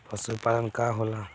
पशुपलन का होला?